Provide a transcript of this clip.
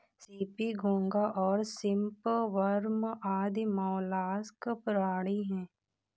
CP, घोंगा और shrimp worm आदि मौलास्क प्राणी हैं